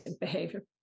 behavior